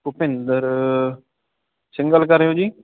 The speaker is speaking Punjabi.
ਭੁਪਿੰਦਰ ਸਿੰਘ ਗੱਲ ਕਰ ਰਹੇ ਹੋ ਜੀ